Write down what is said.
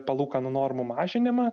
palūkanų normų mažinimą